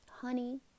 Honey